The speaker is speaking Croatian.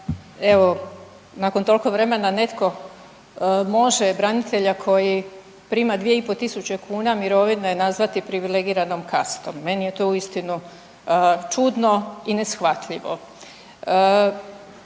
evo nakon toliko vremena netko može branitelja koji prima dvije i pol tisuće kuna mirovine nazvati privilegiranom kastom. Meni je to uistinu čudno i neshvatljivo.